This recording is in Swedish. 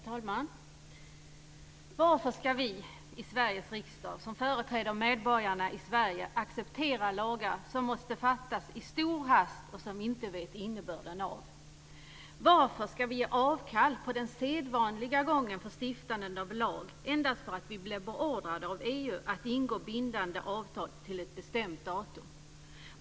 Herr talman! Varför ska vi i Sveriges riksdag, som företräder medborgarna i Sverige, acceptera lagar som måste fattas i stor hast och som vi inte vet innebörden av? Varför ska vi ge avkall på den sedvanliga gången för stiftandet av lag endast för att vi blir beordrade av EU att ingå bindande avtal till ett bestämt datum?